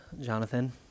jonathan